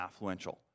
affluential